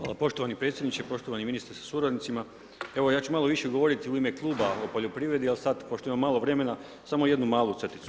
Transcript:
Hvala poštovani predsjedniče, poštovani ministre sa suradnicima, ja ću malo više govoriti u ime kluba o poljoprivredi, a sada pošto imamo malo vremena, samo jednu malu crticu.